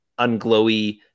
unglowy